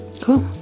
Cool